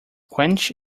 quench